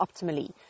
optimally